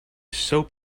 soap